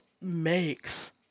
makes